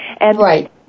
Right